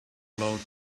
load